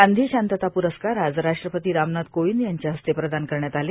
गांधी शांतता पुरस्कार आज राष्ट्रपती रामनाथ कोविंद यांच्या हस्ते प्रदान करण्यात आले